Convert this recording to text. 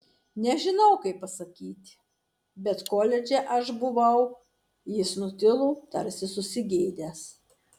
nežinau kaip pasakyti bet koledže aš buvau jis nutilo tarsi susigėdęs